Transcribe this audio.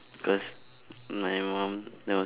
cause my mum there was